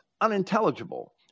unintelligible